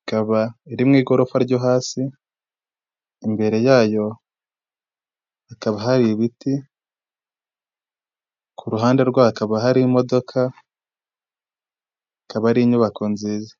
ikaba iri mu igorofa ryo hasi, imbere yayo hakaba hari ibiti ku ruhande rwayo hakaba hari imodoka ikaba ari inyubako nziza.